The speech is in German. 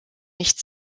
nicht